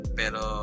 pero